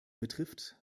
betrifft